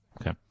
Okay